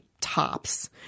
tops